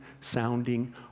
sounding